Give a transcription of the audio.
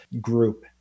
group